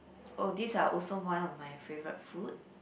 oh these are also one of my favourite food